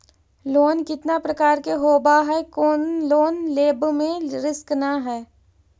Loan कितना प्रकार के होबा है कोन लोन लेब में रिस्क न है?